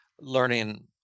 learning